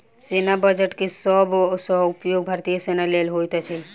सेना बजट के सब सॅ उपयोग भारतीय सेना लेल होइत अछि